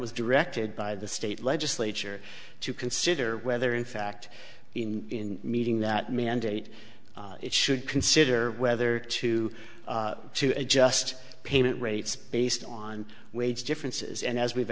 was directed by the state legislature to consider whether in fact in meeting that mandate it should consider whether to adjust payment rates based on wage differences and as we've